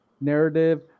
narrative